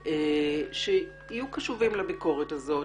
שיהיו קשובים לביקורת הזו.